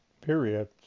period